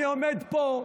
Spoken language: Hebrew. אני עומד פה,